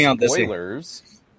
spoilers